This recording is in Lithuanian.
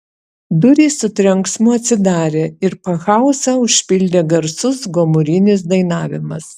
durys su trenksmu atsidarė ir pakhauzą užpildė garsus gomurinis dainavimas